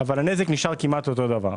אך הנזק נשאר אותו דבר כמעט.